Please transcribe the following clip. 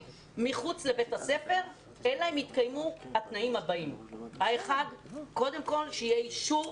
מחוץ לבית הספר אלא אם יתקיימו התנאים הבאים: קודם כל יהיה אישור